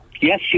Yes